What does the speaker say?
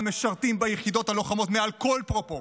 משרתים ביחידות הלוחמות מעל כל פרופורציה,